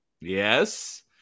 Yes